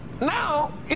now